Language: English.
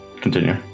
Continue